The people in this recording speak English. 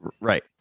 Right